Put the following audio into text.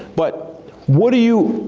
but what do you,